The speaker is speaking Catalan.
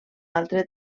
altre